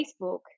Facebook